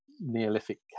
Neolithic